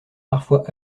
parfois